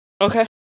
Okay